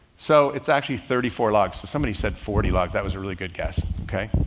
so it's actually thirty four logs. so somebody said forty logs. that was a really good guess. okay.